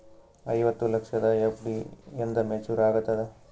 ಐವತ್ತು ಲಕ್ಷದ ಎಫ್.ಡಿ ಎಂದ ಮೇಚುರ್ ಆಗತದ?